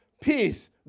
peace